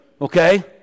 okay